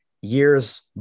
years